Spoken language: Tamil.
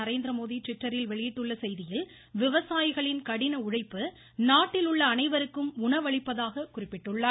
நரேந்திரமோடி டிவிட்டரில் வெளியிட்டுள்ள செய்தியில் விவசாயிகளின் கடின உழைப்பு நாட்டிலுள்ள அனைவருக்கும் உணவளிப்பதாக குறிப்பிட்டுள்ளார்